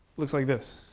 looks like this.